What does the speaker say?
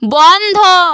বন্ধ